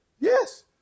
yes